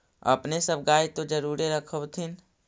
अपने सब गाय तो जरुरे रख होत्थिन?